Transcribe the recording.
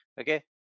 okay